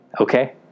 Okay